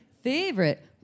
favorite